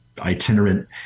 itinerant